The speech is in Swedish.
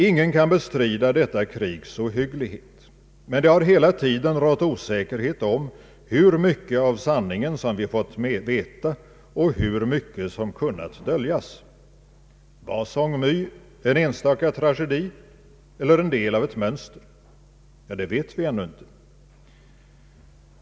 Ingen kan bestrida detta krigs ohygglighet. Men det har hela tiden rått osäkerhet om hur mycket av sanningen vi fått veta och hur mycket som kunnat döljas. Var Song My en enstaka tragedi eller en del av ett mönster? Det vet vi ännu inte.